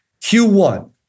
Q1